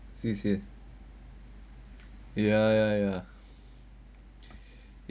I see ya ya ya